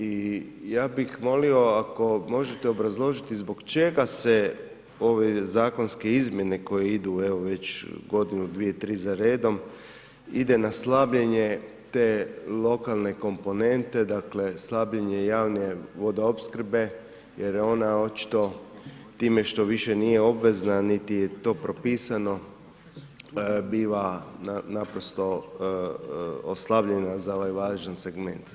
I ja bih molio ako možete obrazložiti zbog čega se ove zakonske izmjene koje idu evo već godinu, dvije, tri za redom ide na slabljenje te lokalne komponente, dakle slabljenje javne vodoopskrbe jer je ona očito, time što više nije obvezna niti je to propisano biva naprosto oslabljena za ovaj važan segment.